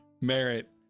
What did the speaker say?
Merit